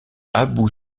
abou